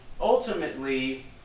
ultimately